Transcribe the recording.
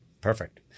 Perfect